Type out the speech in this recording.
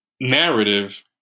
narrative